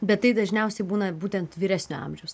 bet tai dažniausiai būna būtent vyresnio amžiaus